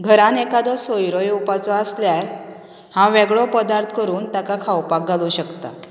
घरान एकादो सोयरो येवपाचो आसल्यार हांव वेगळो पदार्थ करून ताका खावपाक घालूंक शकता